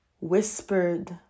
whispered